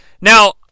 Now